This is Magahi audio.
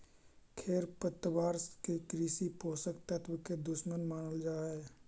खेरपतवार के कृषि पोषक तत्व के दुश्मन मानल जा हई